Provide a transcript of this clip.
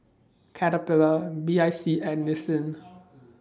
Caterpillar B I C and Nissin